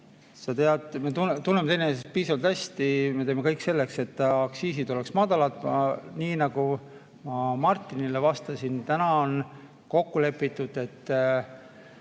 Sa tead, me tunneme teineteist piisavalt hästi, me teeme kõik selleks, et aktsiisid oleksid madalad. Nii nagu ma Martinile vastasin, on kokku lepitud, et